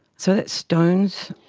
so that's stones.